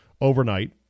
overnight